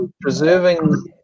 preserving